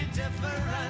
different